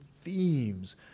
themes